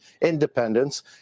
independence